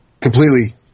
Completely